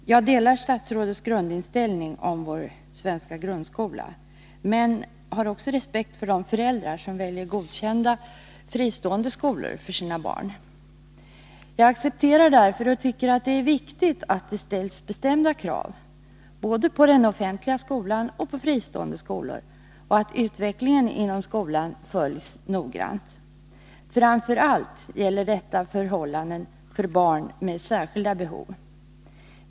Jag delar statsrådets grundinställning om vår svenska grundskola. Men jag har också respekt för de föräldrar som väljer godkända fristående skolor för sina barn. Jag accepterar därför och tycker att det är viktigt att det ställs bestämda krav både på den offentliga skolan och på fristående skolor och att utvecklingen inom skolan följs noggrant. Framför allt gäller detta förhållandena för barn som har särskilda behov.